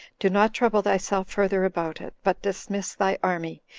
do not trouble thyself further about it, but dismiss thy army,